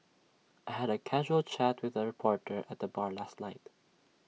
I had A casual chat with A reporter at the bar last night